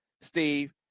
Steve